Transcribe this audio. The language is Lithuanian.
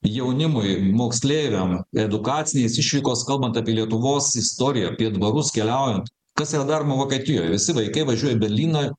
jaunimui moksleiviam edukacinės išvykos kalbant apie lietuvos istoriją apie dvarus keliaujant kas yra daroma vokietijoj visi vaikai važiuoja į berlyną